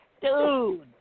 Dude